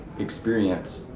experience